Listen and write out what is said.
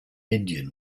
indian